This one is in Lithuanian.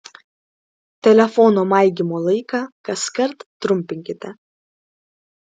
telefono maigymo laiką kaskart trumpinkite